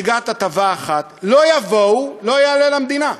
לא יבואו, לא יעלה למדינה,